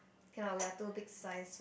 cannot we are too big size